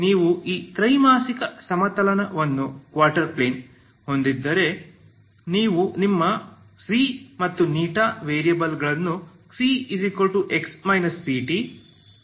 ನೀವು ಈ ತ್ರೈಮಾಸಿಕ ಸಮತಲವನ್ನು ಹೊಂದಿದ್ದೀರಿ ನೀವು ನಿಮ್ಮ ಮತ್ತು ವೇರಿಯೇಬಲ್ಗಳನ್ನು ξx ct ηxct ಎಂದು ತರುತ್ತೀರಿ